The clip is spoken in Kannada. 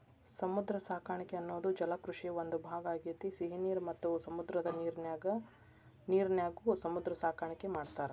ಸಮುದ್ರ ಸಾಕಾಣಿಕೆ ಅನ್ನೋದು ಜಲಕೃಷಿಯ ಒಂದ್ ಭಾಗ ಆಗೇತಿ, ಸಿಹಿ ನೇರ ಮತ್ತ ಸಮುದ್ರದ ನೇರಿನ್ಯಾಗು ಸಮುದ್ರ ಸಾಕಾಣಿಕೆ ಮಾಡ್ತಾರ